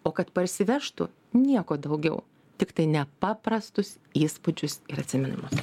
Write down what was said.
o kad parsivežtų nieko daugiau tiktai nepaprastus įspūdžius ir atsiminimus